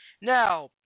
Now